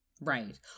Right